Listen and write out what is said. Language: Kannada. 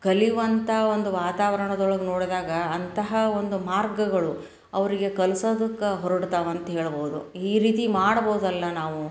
ಕಲೀವಂಥ ಒಂದು ವಾತಾವರ್ಣದೊಳಗೆ ನೋಡಿದಾಗ ಅಂತಹ ಒಂದು ಮಾರ್ಗಗಳು ಅವರಿಗೆ ಕಲ್ಸೋದಕ್ಕೆ ಹೊರಡ್ತವೆ ಅಂತ ಹೇಳ್ಬೋದು ಈ ರೀತಿ ಮಾಡ್ಬೋದಲ್ಲ ನಾವು